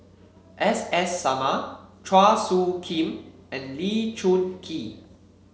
S S Sarma Chua Soo Khim and Lee Choon Kee